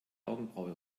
augenbraue